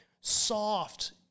soft